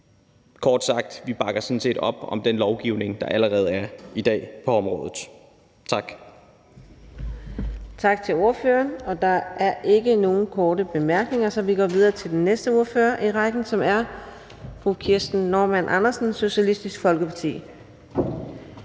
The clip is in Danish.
kort sagt sådan set op om den lovgivning, der allerede i dag er på området. Tak. Kl. 18:00 Fjerde næstformand (Karina Adsbøl): Tak til ordføreren. Der er ikke nogen korte bemærkninger, så vi går videre til den næste ordfører i rækken, som er fru Kirsten Normann Andersen, Socialistisk Folkeparti.